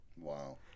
Wow